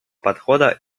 подхода